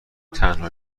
تنها